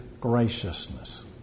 graciousness